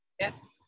Yes